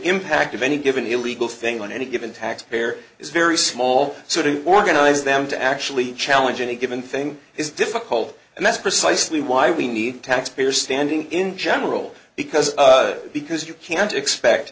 impact of any given illegal thing on any given taxpayer is very small so do organize them to actually challenge any given thing is difficult and that's precisely why we need taxpayer standing in general because because you can't expect